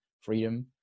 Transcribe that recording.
freedom